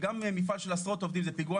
שגם מפעל של עשרות עובדים זה פיגוע.